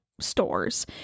stores